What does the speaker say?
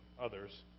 others